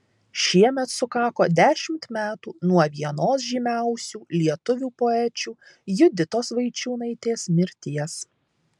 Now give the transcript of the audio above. šiemet sukako dešimt metų nuo vienos žymiausių lietuvių poečių juditos vaičiūnaitės mirties